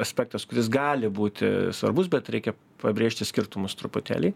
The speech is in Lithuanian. aspektas kuris gali būti svarbus bet reikia pabrėžti skirtumus truputėlį